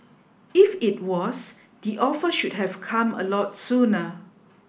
if it was the offer should have come a lot sooner